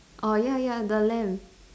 ah ya ya the land